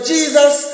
Jesus